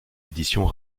éditions